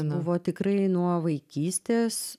buvo tikrai nuo vaikystės